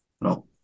No